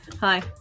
hi